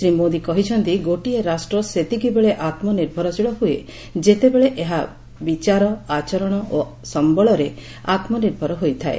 ଶ୍ରୀ ମୋଦି କହିଛନ୍ତି ଗୋଟିଏ ରାଷ୍ଟ୍ର ସେତିକିବେଳେ ଆତୁନିର୍ଭରଶୀଳ ହୁଏ ଯେତେବେଳେ ଏହା ବିଚାର ଆଚରଣ ଓ ସମ୍ଭଳରେ ଆତୁନିର୍ଭର ହୋଇଥାଏ